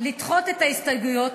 לדחות את ההסתייגויות.